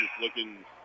looking